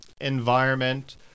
environment